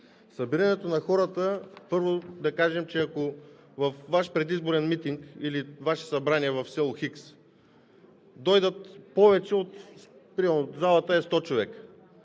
Събирането на хората – първо, да кажа, че ако във Ваш предизборен митинг или Ваше събрание в село Хикс дойдат повече – залата примерно е за 100 човека,